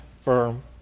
firm